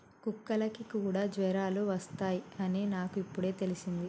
కుక్కలకి కూడా జ్వరాలు వస్తాయ్ అని నాకు ఇప్పుడే తెల్సింది